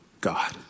God